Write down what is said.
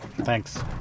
Thanks